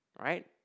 right